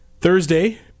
Thursday